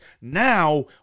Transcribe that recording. Now